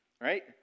Right